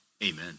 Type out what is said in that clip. Amen